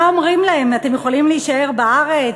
מה אומרים להם, אתם יכולים להישאר בארץ?